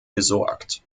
gesorgt